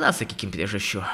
na sakykim priežasčių